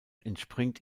entspringt